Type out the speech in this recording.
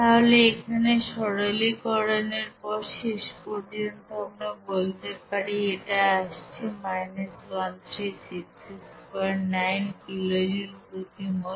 তাহলে এখানে সরলীকরণের পর শেষ পর্যন্ত আমরা বলতে পারি এটা আসছে 13669 কিলোজুল প্রতি মোল